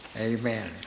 amen